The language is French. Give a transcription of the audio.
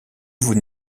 vous